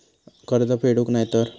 कर्ज फेडूक नाय तर?